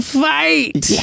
fight